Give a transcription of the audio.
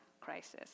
crisis